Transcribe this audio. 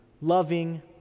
loving